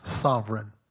sovereign